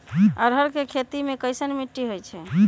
अरहर के खेती मे कैसन मिट्टी होइ?